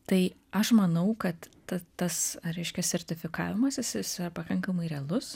tai aš manau kad ta tas reiškia sertifikavimas jis yra pakankamai realus